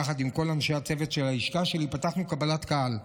יחד עם כל אנשי הצוות של הלשכה שלי פתחנו קבלת קהל,